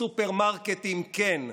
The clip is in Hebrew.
סופרמרקטים כן,